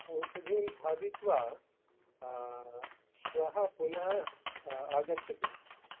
औषधं खादित्वा श्वः पुनः आगच्छतु